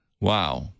Wow